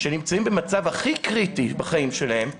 שנמצאים במצב הכי קריטי בחיים שלהם,